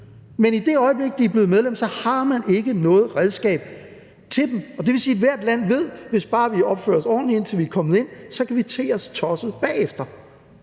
men i det øjeblik, de er blevet medlem, har man ikke noget redskab til dem. Og det vil sige, at ethvert land ved: Hvis bare vi opfører os ordentligt, indtil vi er kommet ind, så kan vi te os tosset bagefter,